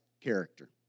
character